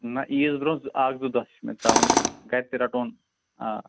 نَہ عیٖد برٛۄنٛہہ زٕ اَکھ زٕ دۄہ چھُ مےٚ ترٛاوُن گھرِ تہِ رَٹہٕ ہون آ